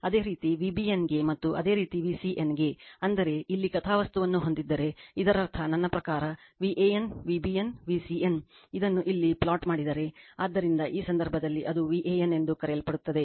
ಅದೇ ರೀತಿ V bn ಗೆ ಮತ್ತು ಅದೇ ರೀತಿ V cn ಗೆ ಅಂದರೆ ಇಲ್ಲಿ ಕಥಾವಸ್ತುವನ್ನು ಹೊಂದಿದ್ದರೆ ಇದರರ್ಥ ನನ್ನ ಪ್ರಕಾರ Van V bn V cn ಇದನ್ನು ಇಲ್ಲಿ ಪ್ಲಾಟ್ ಮಾಡಿದರೆ ಆದ್ದರಿಂದ ಈ ಸಂದರ್ಭದಲ್ಲಿ ಅದು Van ಎಂದು ಕರೆಯಲ್ಪಡುತ್ತದೆ